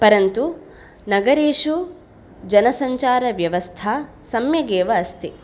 परन्तु नगरेषु जनसञ्चारव्यवस्था सम्यगेव अस्ति